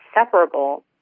separable